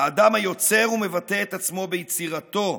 האדם היוצר ומבטא את עצמו ביצירתו.